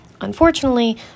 Unfortunately